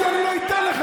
יעקב אשר, בישיבה.